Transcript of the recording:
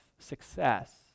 Success